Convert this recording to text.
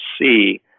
see